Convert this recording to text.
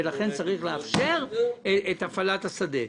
ולכן צריך לאפשר את הפעלת השדה.